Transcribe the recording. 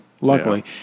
luckily